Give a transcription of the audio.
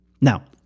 Now